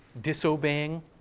disobeying